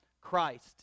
Christ